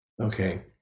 Okay